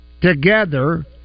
Together